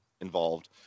involved